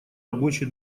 рабочий